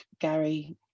Gary